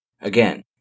Again